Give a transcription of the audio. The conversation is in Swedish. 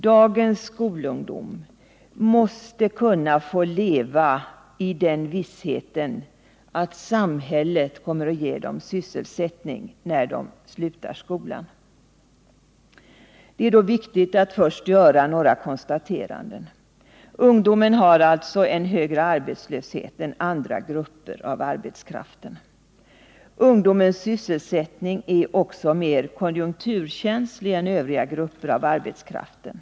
Dagens skolungdom måste kunna få leva i den vissheten att samhället kommer att ge dem sysselsättning när de slutar skolan. Det är då viktigt att först göra några konstateranden. Ungdomen har alltså en högre arbetslöshet än andra grupper av arbetskraften. Ungdomens sysselsättning är också mer konjunkturkänslig än övriga grupper av arbetskraften.